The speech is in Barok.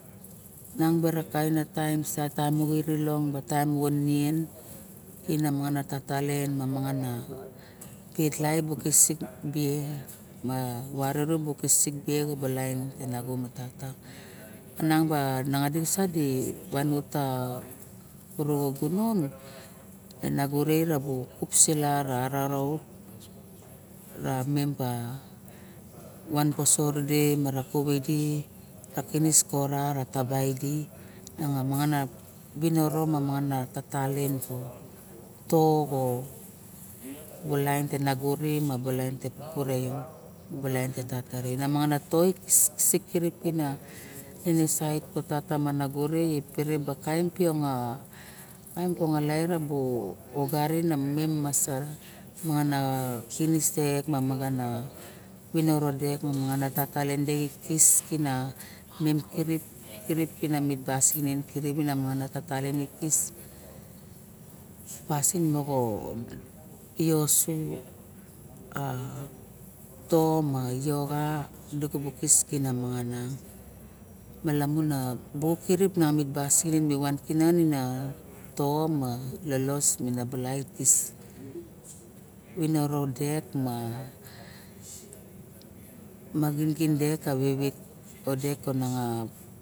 Niang bara taim boxo irilong taim moxo nieng ine tatalien ma mangan na tae laip ma vari o pet ta lit tata me nagore rabu e nago re kupsei sila raraup ra mem pa van pasot idi mara kove idi ra kinis kok ra taba idi miang a mangan na tatalien tok or kabu lain te bu vagore bu laen te pupu re bu laint tata re mangana toisik kirap king ive sait tata re pere ba kain piang a lairabo ogarin memsar sinisek a mangana vinirodek ma mangana tatalien de kis pasin mo e oso a tom mamio xa tom mo viniroder ma magingin dek kevek odek kononga